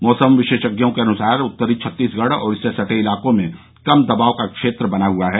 मौसम विशेषज्ञों के अनुसार उत्तरी छत्तीसगढ़ और इससे सटे इलाकों में कम दबाव का क्षेत्र बना हुआ है